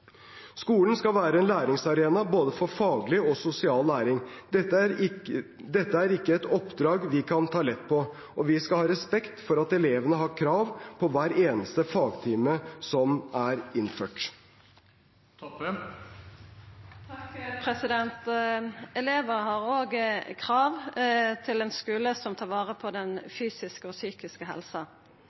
Skolen skal være en læringsarena, både for faglig og for sosial læring. Dette er ikke et oppdrag vi kan ta lett på, og vi skal ha respekt for at elevene har krav på hver eneste fagtime som er innført. Elevar har òg krav på ein skule som tar vare på den fysiske og psykiske helsa.